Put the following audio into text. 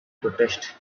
protest